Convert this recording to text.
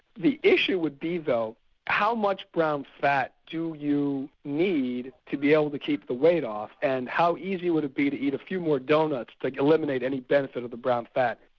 the issue would be though how much brown fat do you need to be able to keep the weight off and how easy would it be to eat a few more donuts to like eliminated any benefit of the brown fat.